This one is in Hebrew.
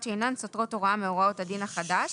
שאינן סותרות הוראה מהוראות הדין החדש,